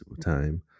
time